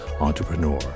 entrepreneur